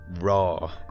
raw